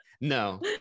No